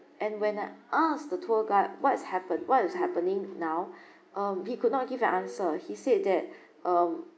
and when I asked the tour guide what's happened what is happening now um he could not give an answer he said that um